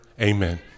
amen